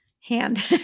hand